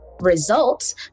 results